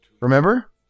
Remember